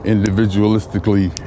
Individualistically